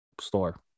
store